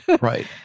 Right